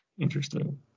Interesting